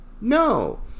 No